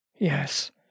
Yes